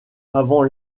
avant